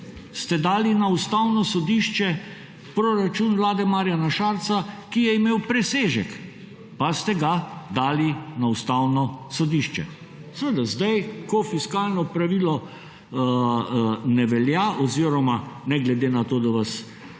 ste dali na Ustavno sodišče proračun vlade Marjana Šarca, ki je imel presežek. Pa ste ga dali na Ustavno sodišče. Seveda, zdaj, ko fiskalno pravilo ne velja oziroma ne glede na to, da vas Fiskalni